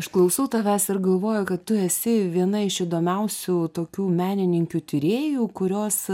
aš klausau tavęs ir galvoju kad tu esi viena iš įdomiausių tokių menininkių tyrėjų kurios